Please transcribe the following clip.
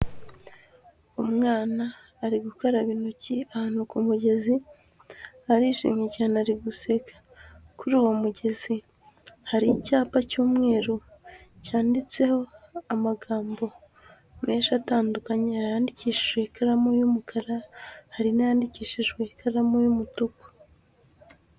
Umwana ari gukaraba intoki ahantu ku mugezi arishimye cyane ari guseka, kuri uwo mugezi hari icyapa cy'umweru cyanditseho amagambo menshi atandukanye. Hari ayandikishije ikaramu y'umukara, hari n'ayandikishijwe ikaramu y'umutuku.